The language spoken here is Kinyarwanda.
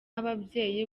ababyeyi